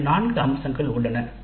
அதில் நான்கு அம்சங்கள் உள்ளன